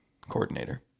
coordinator